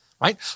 right